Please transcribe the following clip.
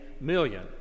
million